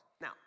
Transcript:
Now